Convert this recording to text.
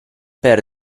per